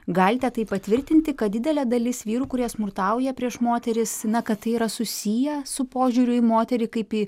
galite tai patvirtinti kad didelė dalis vyrų kurie smurtauja prieš moteris na kad tai yra susiję su požiūriu į moterį kaip į